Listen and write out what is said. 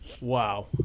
wow